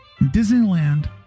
Disneyland